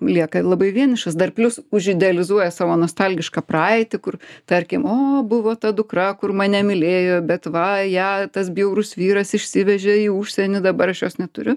lieka labai vienišas dar plius užidealizuoja savo nostalgišką praeitį kur tarkim o buvo ta dukra kur mane mylėjo bet va ją tas bjaurus vyras išsivežė į užsienį dabar aš jos neturiu